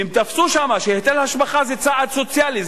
הם תפסו שם שהיטל השבחה זה צעד סוציאלי,